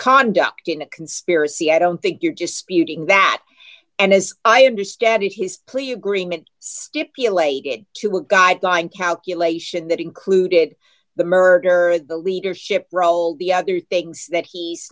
conduct in a conspiracy i don't think you're just speeding that and as i understand it his plea agreement stipulated to a guideline calculation that included the murder the leadership role the other things that he's